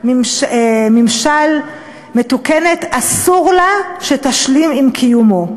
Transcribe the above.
ממשל מתוקנת אסור לה שתשלים עם קיומו.